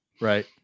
Right